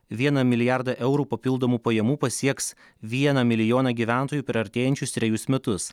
vieną milijardą eurų papildomų pajamų pasieks vieną milijoną gyventojų per artėjančius trejus metus